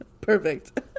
Perfect